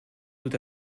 tout